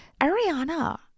Ariana